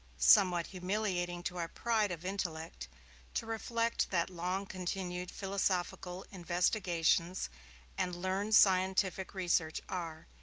somewhat humiliating to our pride of intellect to reflect that long-continued philosophical investigations and learned scientific research are,